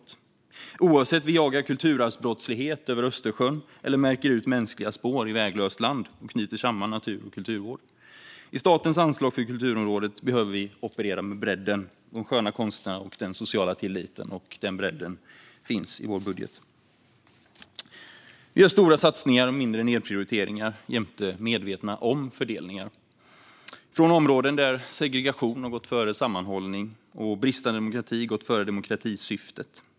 Detta gäller oavsett om vi jagar kulturarvsbrottslighet över Östersjön eller märker ut mänskliga spår i väglöst land och knyter samman natur och kulturvård. I statens anslag för kulturområdet behöver vi operera med bredden, de sköna konsterna och den sociala tilliten. Denna bredd finns i vår budget. Vi gör stora satsningar och mindre nedprioriteringar jämte medvetna omfördelningar från områden där segregation gått före sammanhållning och bristande demokrati gått före demokratisyftet.